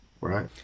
right